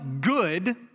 good